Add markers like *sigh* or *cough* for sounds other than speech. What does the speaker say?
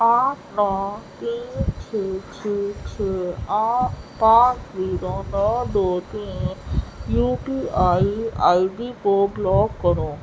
آٹھ نو تین چھ چھ چھ *unintelligible* پانچ زیرو نو دو تین U P I I D کو بلاک کرو